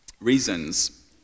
reasons